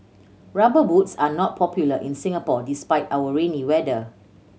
Rubber Boots are not popular in Singapore despite our rainy weather